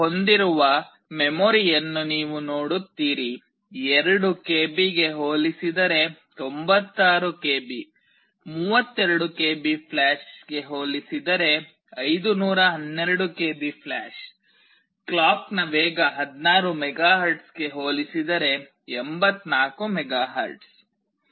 ಅದು ಹೊಂದಿರುವ ಮೆಮೊರಿಯನ್ನು ನೀವು ನೋಡುತ್ತೀರಿ 2 ಕೆಬಿಗೆ ಹೋಲಿಸಿದರೆ 96 ಕೆಬಿ 32 ಕೆಬಿ ಫ್ಲ್ಯಾಷ್ಗೆ ಹೋಲಿಸಿದರೆ 512 ಕೆಬಿ ಫ್ಲ್ಯಾಷ್ ಕ್ಲಾಕ್ ನ ವೇಗ 16 ಮೆಗಾಹೆರ್ಟ್ಜ್ಗೆ ಹೋಲಿಸಿದರೆ 84 ಮೆಗಾಹೆರ್ಟ್ಜ್